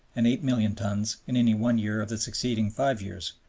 and eight million tons in any one year of the succeeding five years.